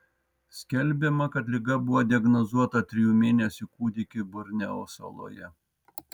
skelbiama kad liga buvo diagnozuota trijų mėnesių kūdikiui borneo saloje